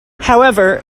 however